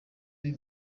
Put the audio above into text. uyu